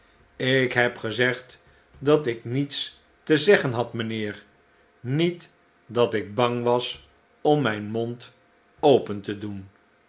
ik heb gezegd dat ik niets te zeggen had mijnheer niet dat ik bang was om mijn mond open te doen